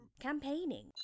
Campaigning